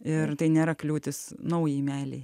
ir tai nėra kliūtis naujai meilei